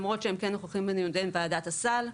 למרות שהם כן נוכחים בדיוני ועדת הסל,